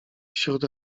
wśród